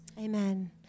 Amen